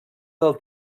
del